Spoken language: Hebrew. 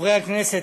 חברי הכנסת,